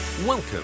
Welcome